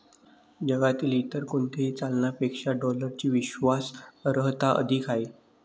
जगातील इतर कोणत्याही चलनापेक्षा डॉलरची विश्वास अर्हता अधिक आहे